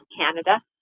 Canada